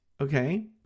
okay